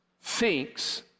thinks